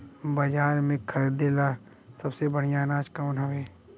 बाजार में खरदे ला सबसे बढ़ियां अनाज कवन हवे?